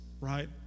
right